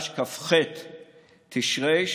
כ"ח תשרי,